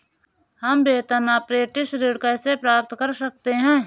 हम वेतन अपरेंटिस ऋण कैसे प्राप्त कर सकते हैं?